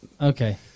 Okay